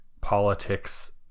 politics